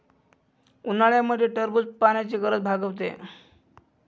उन्हाळ्यामध्ये टरबूज पाण्याची गरज भागवते